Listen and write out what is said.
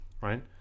right